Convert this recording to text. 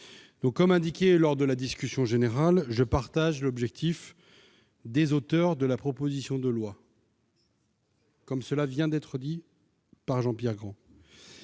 Doux comme indiqué lors de la discussion générale, je partage l'objectif des auteurs de la proposition de loi. Comme cela vient d'être dit par Jean-Pierre Grand